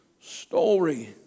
story